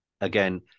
again